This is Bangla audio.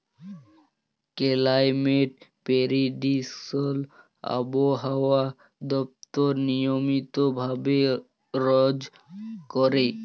কেলাইমেট পেরিডিকশল আবহাওয়া দপ্তর নিয়মিত ভাবে রজ ক্যরে